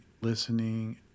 listening